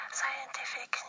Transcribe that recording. scientific